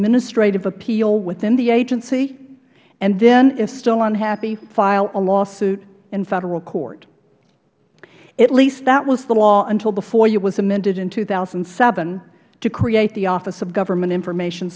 administrative appeal within the agency and then if still unhappy file a lawsuit in federal court at least that was the law until the foia was amended in two thousand and seven to create the office of government information